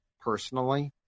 personally